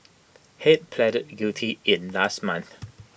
Head pleaded guilty in last month